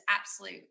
absolute